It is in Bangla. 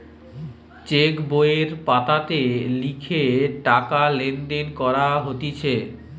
চেক বইয়ের পাতাতে লিখে টাকা লেনদেন করা হতিছে